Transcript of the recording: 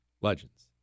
legends